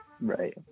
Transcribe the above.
right